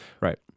Right